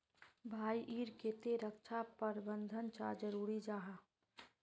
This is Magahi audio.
भाई ईर केते रक्षा प्रबंधन चाँ जरूरी जाहा?